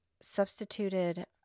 substituted